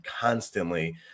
constantly